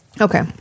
Okay